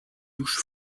douche